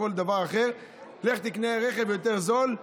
כל דבר אחר: לך תקנה רכב יותר זול,